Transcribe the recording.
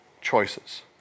choices